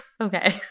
Okay